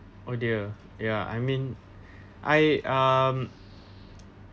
oh dear ya I mean I I'm